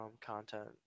content